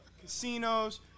casinos